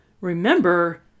remember